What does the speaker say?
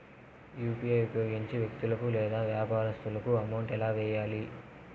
UPI ఉపయోగించి వ్యక్తులకు లేదా వ్యాపారస్తులకు అమౌంట్ ఎలా వెయ్యాలి